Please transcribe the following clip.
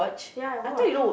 ya I watch